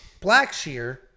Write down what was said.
Blackshear